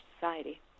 society